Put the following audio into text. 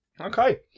Okay